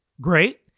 great